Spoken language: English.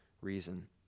reason